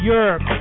Europe